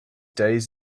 days